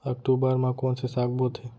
अक्टूबर मा कोन से साग बोथे?